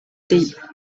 deep